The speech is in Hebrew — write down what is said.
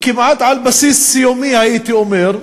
כמעט על בסיס יומי, הייתי אומר,